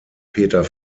peter